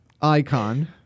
Icon